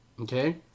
Okay